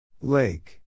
Lake